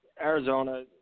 Arizona